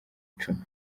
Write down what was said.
icumi